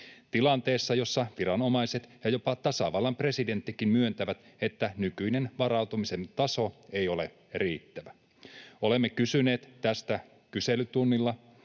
tilanteessa, jossa viranomaiset ja jopa tasavallan presidenttikin myöntävät, että nykyinen varautumisen taso ei ole riittävä. Olemme kysyneet tästä kyselytunnilla,